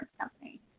company